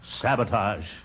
Sabotage